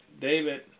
David